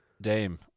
Dame